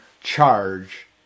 charge